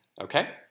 Okay